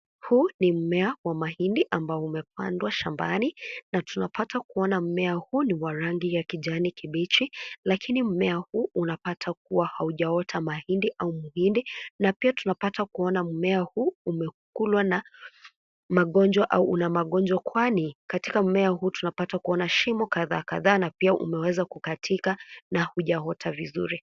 Huu ni mmea wa mahindi ambao umepandwa shambani na tuanapata kuona mmea huu ni wa rangi ya kijani kibichi lakini mmmea huu unapata kuwa haujaota mahindi au mhindi na pia tunapata kuona mmea huu umekulwa na magonjwa au una magonjwa kwani katika mmea huu tunapata kuona shimo kadhaa kadhaa na pia umeweza kukatika na hujaota vizuri.